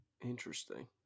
Interesting